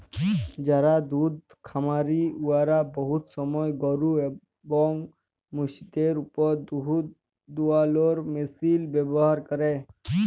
যারা দুহুদ খামারি উয়ারা বহুত সময় গরু এবং মহিষদের উপর দুহুদ দুয়ালোর মেশিল ব্যাভার ক্যরে